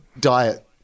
diet